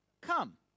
come